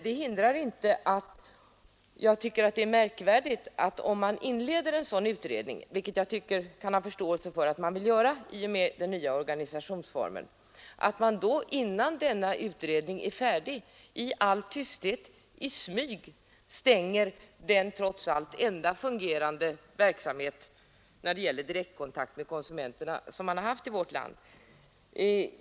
Jag har förståelse för att man kan vilja göra en sådan utredning i samband med den nya organisationsformen, men jag tycker det är märkvärdigt att man innan denna utredning är klar i all tysthet och i smyg stänger de enda fungerande lokalerna i vårt land när det gäller informationsverksamheten och direktkontakten med konsumenterna.